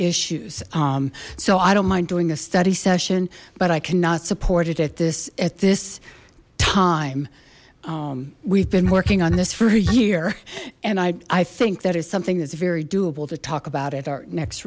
issues so i don't mind doing a study session but i cannot support it at this at this time we've been working on this for a year and i think that it's something that's very doable to talk about it our next